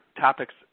topics –